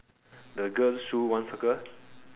the girl's shoe one circle